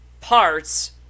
parts